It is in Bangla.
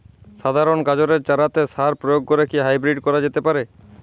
সাধারণ গাজরের চারাতে সার প্রয়োগ করে কি হাইব্রীড করা যেতে পারে?